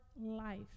life